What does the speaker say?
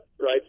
right